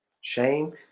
Shame